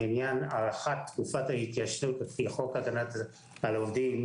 לעניין הארכת תקופת ההתיישנות לפי חוק הגנת העובדים,